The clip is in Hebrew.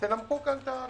תנמקו כאן.